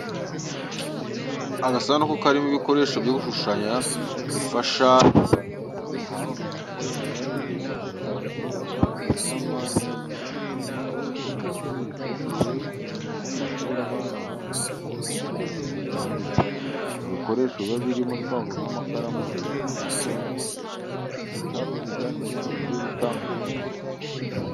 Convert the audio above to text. Agasanduku karimo ibikoresho byo gushushanya bifasha ingeri zose haba mu gukora imibare, gushushanya imirongo, ibinyampande n’ibindi. Bikunze gukoreshwa mu mashuri yisumbuye no mu mashuri abanza mu masomo ya siyansi n'imibare. Mu bikoresho biba birimo twavuga nk’amakaramu, uducamurongo, uducaruziga n’ibindi bigiye bitandukanye.